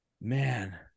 man